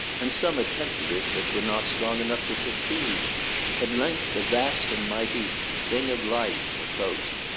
and some attempted it, but were not strong enough to succeed at length a vast and mighty thing of life approached,